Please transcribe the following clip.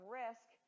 risk